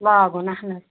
لاگُن اہن حظ